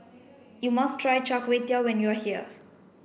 you must try Char Kway Teow when you are here